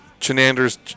Chenander's